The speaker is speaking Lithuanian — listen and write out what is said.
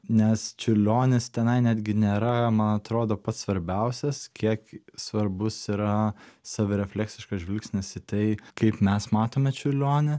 nes čiurlionis tenai netgi nėra man atrodo pats svarbiausias kiek svarbus yra savirefleksiškas žvilgsnis į tai kaip mes matome čiurlionį